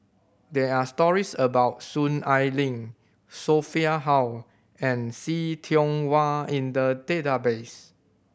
there are stories about Soon Ai Ling Sophia Hull and See Tiong Wah in the database